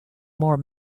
more